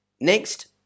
Next